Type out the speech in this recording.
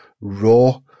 raw